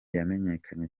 yamenyekanye